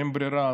אין ברירה,